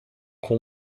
com